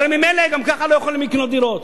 הרי ממילא הם גם ככה לא יכולים לקנות דירות.